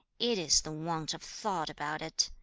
it is the want of thought about it.